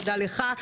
תודה לך,